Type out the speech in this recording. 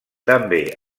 també